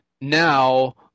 now